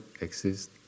exist